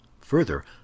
Further